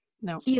No